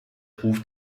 ruf